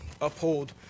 Uphold